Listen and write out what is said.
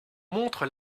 montre